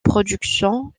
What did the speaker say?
production